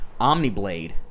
Omniblade